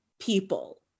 people